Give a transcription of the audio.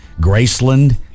Graceland